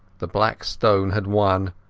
the black stone had won,